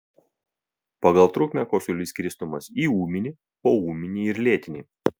pagal trukmę kosulys skirstomas į ūminį poūminį ir lėtinį